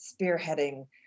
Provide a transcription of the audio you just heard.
spearheading